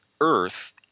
earth